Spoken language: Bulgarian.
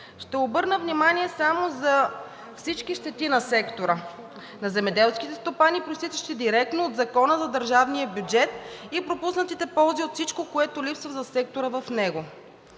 Ще обърна внимание само за всички щети на сектора – на земеделските стопани, произтичащи директно от Закона за държавния бюджет, и пропуснатите ползи от всичко, което липсва за сектора в него.